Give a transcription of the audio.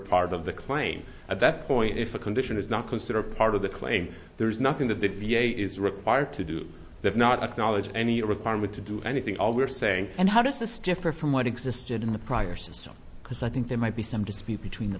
part of the claim at that point if a condition is not considered part of the claim there is nothing that the v a is required to do that not acknowledge any requirement to do anything all we are saying and how does this differ from what existed in the prior system because i think there might be some dispute between the